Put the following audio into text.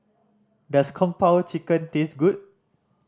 does Kung Po Chicken taste good